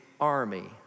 army